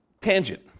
tangent